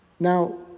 Now